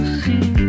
see